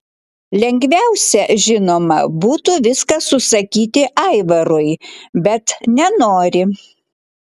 lengviausia žinoma būtų viską susakyti aivarui bet nenori